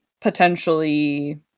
potentially